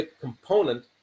component